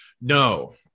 No